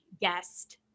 Guest